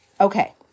Okay